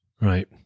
Right